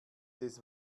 des